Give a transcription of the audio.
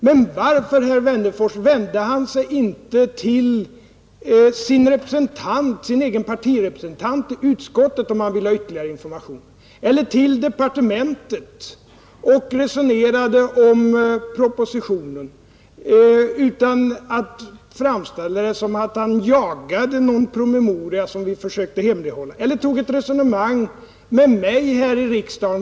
Men varför vände sig herr Wennerfors inte till sin egen partirepresentant i utskottet, om han ville ha ytterligare informationer? Eller varför vände han sig inte till departementet och resonerade om propositionen? Nu framställer han det som om han jagade en promemoria som vi försökte hemlighålla. Varför tog herr Wennerfors inte ett resonemang med mig här i riksdagen?